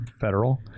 federal